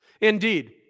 Indeed